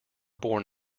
born